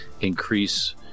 increase